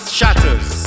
shatters